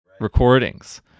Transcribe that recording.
recordings